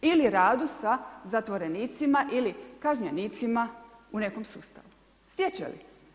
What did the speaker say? Ili radu sa zatvorenima ili kažnjenicima u nekom sustavu, stječe li?